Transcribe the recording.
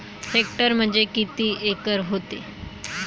Hectare म्हणजे किती acre व्हते?